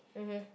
mmhmm